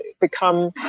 become